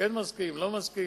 כן מסכים, לא מסכים,